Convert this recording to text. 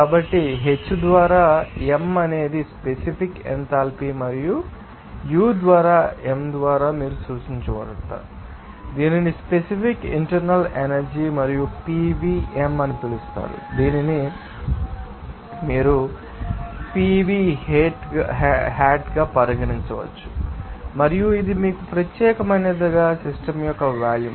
కాబట్టి H ద్వారా m అనేది స్పెసిఫిక్ ఎంథాల్పీ మరియు ఈ U ద్వారా m ద్వారా మీరు సూచించబడతారు దీనిని స్పెసిఫిక్ ఇంటర్నల్ ఎనర్జీ మరియు PV m అని పిలుస్తారు దీనిని మీరు PV హెట్ గా పరిగణించవచ్చు మరియు ఇది మీకు ప్రత్యేకమైనది సిస్టమ్ యొక్క వాల్యూమ్